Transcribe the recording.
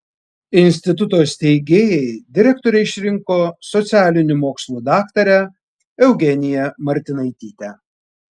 instituto steigėjai direktore išrinko socialinių mokslų daktarę eugeniją martinaitytę